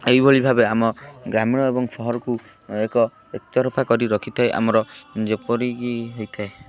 ଏହିଭଳି ଭାବେ ଆମ ଗ୍ରାମୀଣ ଏବଂ ସହରକୁ ଏକ ଏକତରଫା କରି ରଖିଥାଏ ଆମର ଯେପରିକି ହେଇଥାଏ